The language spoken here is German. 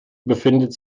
befindet